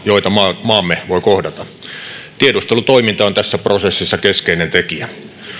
joita maamme maamme voi kohdata tiedustelutoiminta on tässä prosessissa keskeinen tekijä